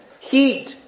Heat